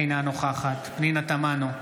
אינה נוכחת פנינה תמנו,